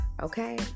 okay